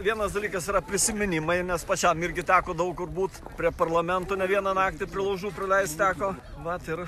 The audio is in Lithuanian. vienas dalykas yra prisiminimai nes pačiam irgi teko daug kur būt prie parlamento ne vieną naktį prie laužų praleist teko vat ir